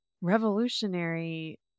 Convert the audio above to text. revolutionary